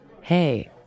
hey